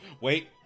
Wait